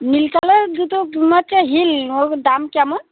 নীল কালারের জুতো দু মাত্রা হিল ও দাম কেমন